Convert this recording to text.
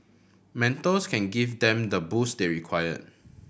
mentors can give them the boost they require